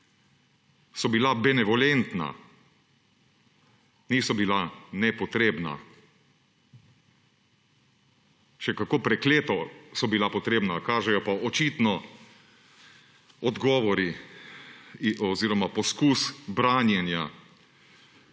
so bila benevolentna, niso bila nepotrebna. Še kako prekleto so bila potrebna, kažejo pa očitno odgovori oziroma poskus branjenja